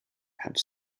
have